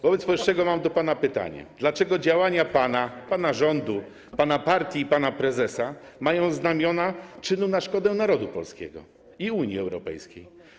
Wobec powyższego mam do pana pytanie: Dlaczego działania pana, pana rządu, pana partii i pana prezesa mają znamiona czynu na szkodę narodu polskiego i Unii Europejskiej?